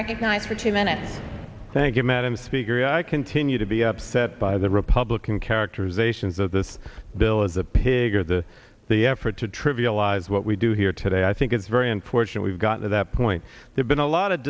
recognized for two minutes thank you madam speaker if i continue to be upset by the republican characterizations of this bill as a pig or the the effort to trivialize what we do here today i think it's very unfortunate we've got at that point there's been a lot of